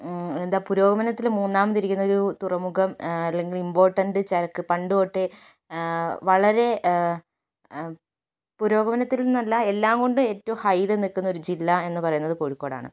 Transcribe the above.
എന്താ പുരോഗമനത്തിൽ മൂന്നാമതിരിക്കുന്നൊരു തുറമുഖം അല്ലെങ്കിൽ ഇമ്പോർട്ടന്റ് ചരക്ക് പണ്ട് തൊട്ടേ വളരെ പുരോഗമനത്തിലെന്നല്ല എല്ലാം കൊണ്ടും ഏറ്റവും ഹൈയ്യിൽ നിൽക്കുന്ന ഒരു ജില്ല എന്ന് പറയുന്നത് കോഴിക്കോടാണ്